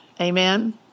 Amen